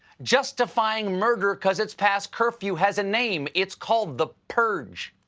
justifying murder because it's past curfew has a name. it's called the purge.